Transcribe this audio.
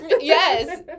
Yes